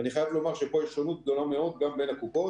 אני חייב לומר שפה יש שונות גדולה מאוד גם בין הקופות.